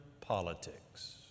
politics